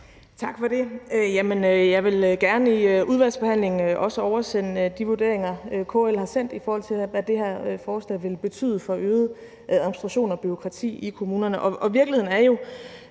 i forbindelse med udvalgsbehandlingen oversende de vurderinger, KL har sendt, af, hvad det her forslag vil betyde i øget administration og bureaukrati i kommunerne. Og virkeligheden er jo,